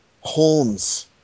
Holmes